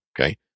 okay